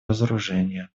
разоружения